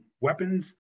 weapons